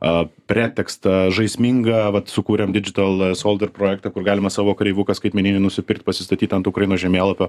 a pretekstą žaisminga vat sukūrėm didžital solder projektą kur galima savo kareivuką skaitmeninį nusipirkt pasistatyt ant ukrainos žemėlapio